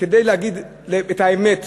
כדי להגיד את האמת,